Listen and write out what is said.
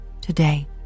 today